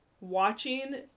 watching